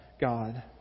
God